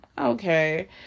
okay